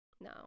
No